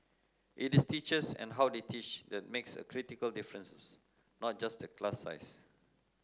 it is teachers and how they teach that makes a critical differences not just the class size